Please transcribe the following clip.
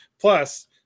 Plus